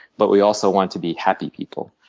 but we also want to be happy people.